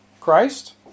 Christ